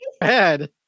Bad